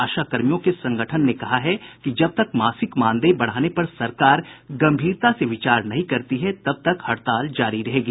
आशा कर्मियों के संगठन ने कहा है कि जब तक मासिक मानदेय बढ़ाने पर सरकार गम्भीरता से विचार नहीं करती है तब तक हड़ताल जारी रहेगी